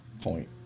point